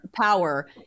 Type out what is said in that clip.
power